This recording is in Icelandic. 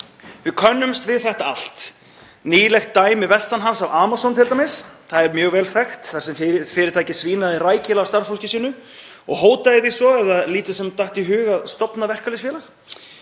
Við könnumst við þetta allt. Nýlegt dæmi vestan hafs, af Amazon, er mjög vel þekkt þar sem fyrirtækið svínaði rækilega á starfsfólki sínu og hótaði því svo ef því svo mikið sem datt í hug að stofna verkalýðsfélag.